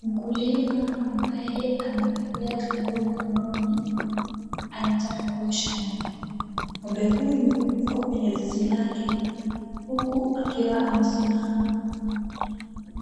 Mkulima ambaye amevalia glavu mkononi anataka kuosha ng'ombe. Ng'ombe huyu yuko kwenye zizi lake huku akiwa amesimama.